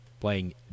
playing